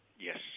Yes